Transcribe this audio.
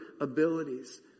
abilities